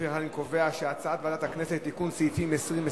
לפיכך אני קובע שהצעת ועדת הכנסת לתיקון סעיפים 20,